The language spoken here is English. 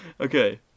Okay